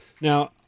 Now